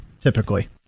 typically